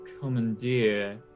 commandeer